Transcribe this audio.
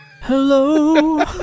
Hello